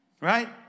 Right